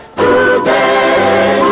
today